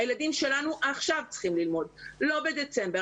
הילדים שלנו עכשיו צריכים ללמוד, לא בדצמבר.